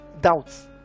doubts